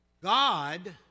god